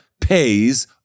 pays